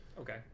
okay